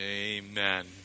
Amen